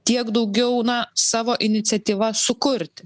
tiek daugiau na savo iniciatyva sukurti